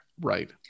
Right